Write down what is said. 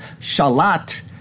shalat